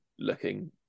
looking